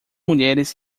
mulheres